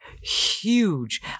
huge